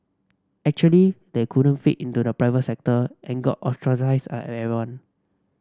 actually they couldn't fit into the private sector and got ostracised are everyone